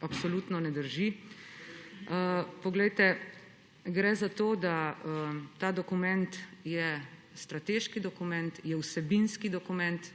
absolutno ne drži. Gre za to, da je ta dokument strateški dokument, je vsebinski dokument,